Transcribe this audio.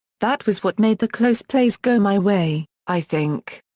that was what made the close plays go my way, i think.